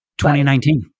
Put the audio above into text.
2019